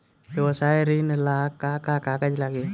व्यवसाय ऋण ला का का कागज लागी?